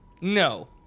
No